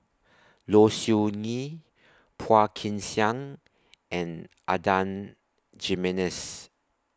Low Siew Nghee Phua Kin Siang and Adan Jimenez